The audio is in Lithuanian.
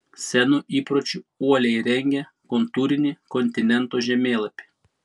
senu įpročiu uoliai rengė kontūrinį kontinento žemėlapį